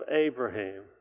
Abraham